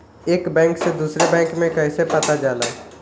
एक बैंक से दूसरे बैंक में कैसे पैसा जाला?